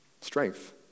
strength